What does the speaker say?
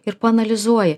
ir paanalizuoji